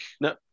no